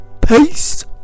peace